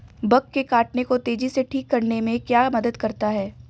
Bug के काटने को तेजी से ठीक करने में क्या मदद करता है?